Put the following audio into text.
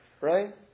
right